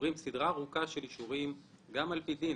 עוברים סדרה ארוכה של אישורים על פי דין.